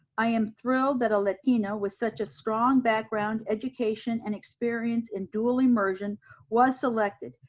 i am thrilled that a latina with such a strong background, education, and experience in dual immersion was selected.